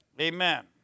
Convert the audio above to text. Amen